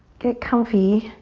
get comfy,